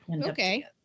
okay